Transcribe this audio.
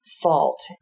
fault